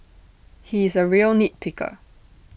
he is A real nit picker